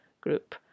group